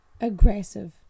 aggressive